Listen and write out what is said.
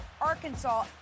Arkansas